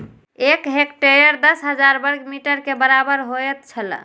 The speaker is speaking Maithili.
एक हेक्टेयर दस हजार वर्ग मीटर के बराबर होयत छला